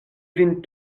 vin